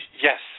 yes